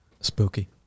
Spooky